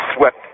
swept